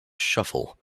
shuffle